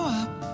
up